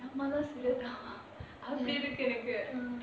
அம்மா தான்:amma thaan swetha வா அப்டிருக்கு எனக்கு:vaa apdirukku enaku